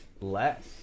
less